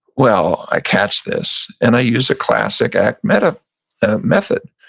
well, i catch this and i use a classic act but ah method,